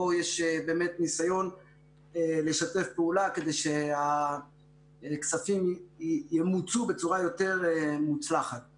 אנחנו ירדנו מנושא השתתפות עצמית בצורה גורפת בשנתיים האחרונות.